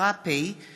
הספורט (תיקון, פטור ספורטאים מבוטחים),